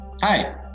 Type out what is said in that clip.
Hi